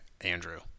Andrew